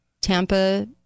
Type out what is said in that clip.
tampa